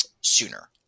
sooner